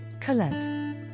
Colette